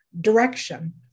direction